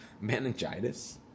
meningitis